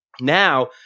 Now